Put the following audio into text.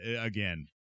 Again